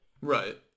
Right